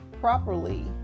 properly